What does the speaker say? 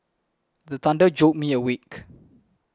the thunder jolt me awake